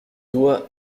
doigt